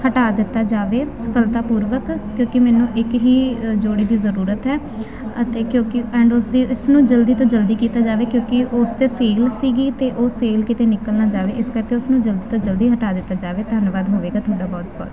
ਹਟਾ ਦਿੱਤਾ ਜਾਵੇ ਸਫਲਤਾਪੂਰਵਕ ਕਿਉਂਕਿ ਮੈਨੂੰ ਇੱਕ ਹੀ ਜੋੜੀ ਦੀ ਜ਼ਰੂਰਤ ਹੈ ਅਤੇ ਕਿਉਂਕਿ ਐਂਡ ਉਸਦੀ ਇਸਨੂੰ ਜਲਦੀ ਤੋਂ ਜਲਦੀ ਕੀਤਾ ਜਾਵੇ ਕਿਉਂਕਿ ਉਸ 'ਤੇ ਸੇਲ ਸੀਗੀ ਅਤੇ ਉਹ ਸੇਲ ਕਿਤੇ ਨਿਕਲ ਨਾ ਜਾਵੇ ਇਸ ਕਰਕੇ ਉਸਨੂੰ ਜਲਦੀ ਤੋਂ ਜਲਦੀ ਹਟਾ ਦਿੱਤਾ ਜਾਵੇ ਧੰਨਵਾਦ ਹੋਵੇਗਾ ਤੁਹਾਡਾ ਬਹੁਤ ਬਹੁਤ